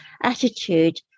attitude